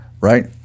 right